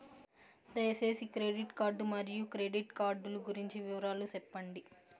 దయసేసి credit card మరియు credit card లు గురించి వివరాలు సెప్పండి?